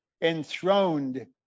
enthroned